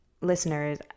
Listeners